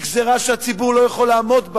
היא גזירה שהציבור לא יכול לעמוד בה,